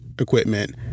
equipment